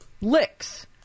licks